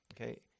okay